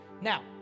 Now